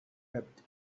wept